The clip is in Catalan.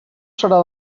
serà